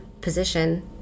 position